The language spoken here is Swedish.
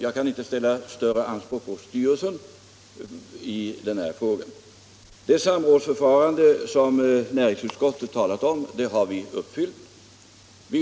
Jag kan inte ställa större anspråk på styrelsen i den här frågan. Det samrådsförfarande som näringsutskottet talat om har vi fått till stånd.